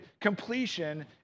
completion